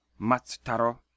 Matsutaro